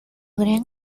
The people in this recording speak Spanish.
gran